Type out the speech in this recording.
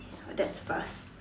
that fast